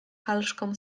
halszką